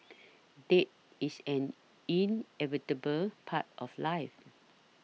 death is an inevitable part of life